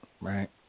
Right